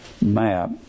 map